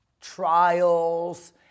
Trials